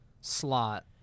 slot